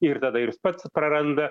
ir tada ir jis pats praranda